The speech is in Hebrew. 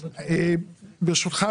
ברשותך,